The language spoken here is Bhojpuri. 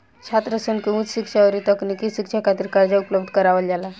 छात्रसन के उच शिक्षा अउरी तकनीकी शिक्षा खातिर कर्जा उपलब्ध करावल जाला